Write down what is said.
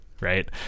right